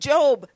Job